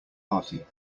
party